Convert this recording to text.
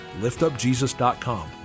liftupjesus.com